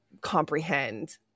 comprehend